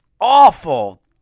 awful